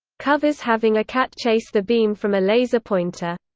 covers having a cat chase the beam from a laser pointer.